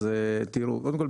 אז תראו: קודם כל,